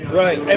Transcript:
right